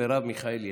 מרב מיכאלי,